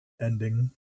ending